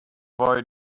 boy